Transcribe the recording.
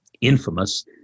infamous